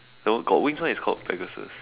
that one got wings [one] is called Pegasus